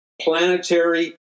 planetary